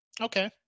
Okay